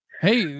Hey